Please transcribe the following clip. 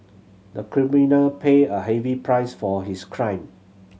the criminal paid a heavy price for his crime